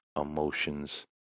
emotions